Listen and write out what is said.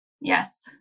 Yes